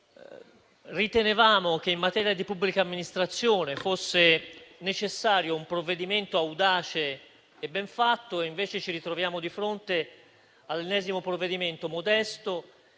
ritenevamo che in materia di pubblica amministrazione fosse necessario un provvedimento audace e ben fatto. Invece, ci ritroviamo di fronte all'ennesimo provvedimento modesto